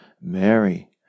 Mary